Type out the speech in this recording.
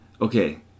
Okay